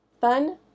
Fun